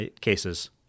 cases